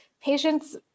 patients